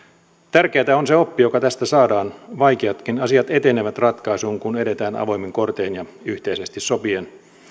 tärkeätä on se oppi joka tästä saadaan vaikeatkin asiat etenevät ratkaisuun kun edetään avoimin kortein ja yhteisesti sopien